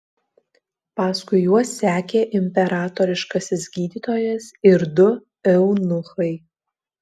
paskui juos sekė imperatoriškasis gydytojas ir du eunuchai